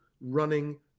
running